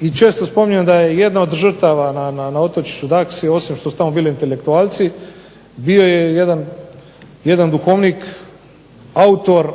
I često spominjemo da je jedna od žrtava na otočiću Daksi osim što su tamo bili intelektualci bio je jedan duhovnik, autor